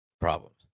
problems